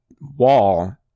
wall